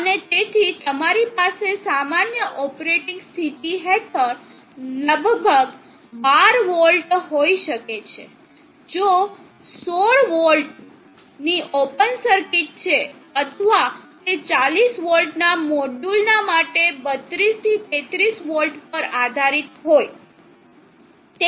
અને તેથી તમારી પાસે સામાન્ય ઓપરેટિંગ સ્થિતિ હેઠળ લગભગ 12 વોલ્ટ હોઈ શકે છે જો તે 16 વોલ્ટની ઓપન સર્કિટ છે અથવા તે 40 વોલ્ટના મોડ્યુલના માટે 32 થી 33 વોલ્ટ પર ચાલતી હોય